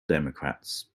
democrats